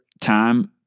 time